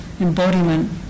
embodiment